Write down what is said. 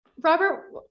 Robert